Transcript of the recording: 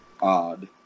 odd